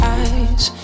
eyes